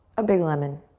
a big lemon.